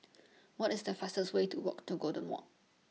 What IS The fastest Way to Walk to Golden Walk